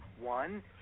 One